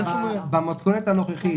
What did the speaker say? אין שום --- במתכונת הנוכחית,